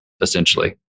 essentially